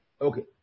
Okay